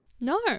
No